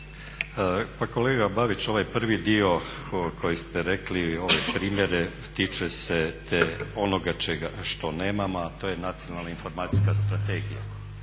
Pa kolega Babić ovaj prvi dio koji ste rekli, ove primjere, tiču se onoga što nemamo a to je Nacionalna informacijska strategija